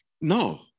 No